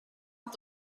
ond